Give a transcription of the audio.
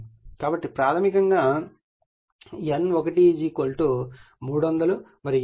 కాబట్టి ప్రాథమికంగా N1 300 మరియు N2 60